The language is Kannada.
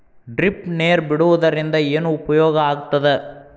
ಡ್ರಿಪ್ ನೇರ್ ಬಿಡುವುದರಿಂದ ಏನು ಉಪಯೋಗ ಆಗ್ತದ?